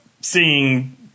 seeing